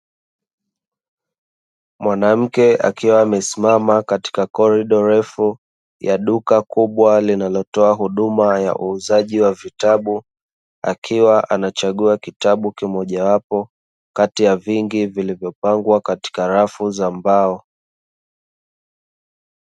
Mwanamke akiwa amesimama katika korido refu ya duka kubwa linalotoa huduma ya uuzaji wa vitabu, akiwa anachagua kitabu kimojawapo kati ya vingi vilivyopangwa katika rafu za mbao.